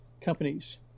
companies